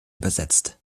übersetzt